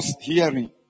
hearing